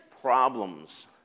problems